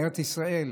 מארץ ישראל,